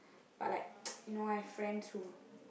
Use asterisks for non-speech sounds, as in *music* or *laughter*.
but like *noise* you know I have friends who